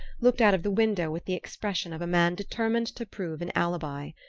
looked out of the window with the expression of a man determined to prove an alibi.